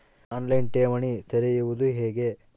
On line ಠೇವಣಿ ತೆರೆಯುವುದು ಹೇಗೆ?